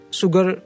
sugar